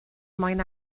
mwyn